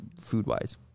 food-wise